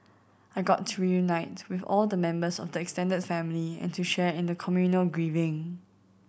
I got to reunite with all the members of the extended family and to share in the communal grieving